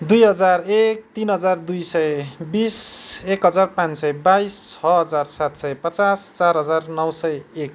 दुई हजार एक तिन हजार दुई सय बिस एक हजार पाँच सय बाइस छ हजार सात सय पचास चार हजार नौ सय एक